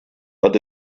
под